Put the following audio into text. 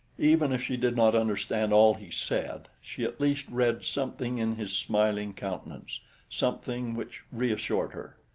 even if she did not understand all he said, she at least read something in his smiling countenance something which reassured her.